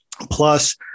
plus